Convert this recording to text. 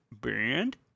band